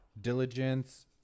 diligence